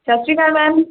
ਸਤਿ ਸ਼੍ਰੀ ਅਕਾਲ ਮੈਮ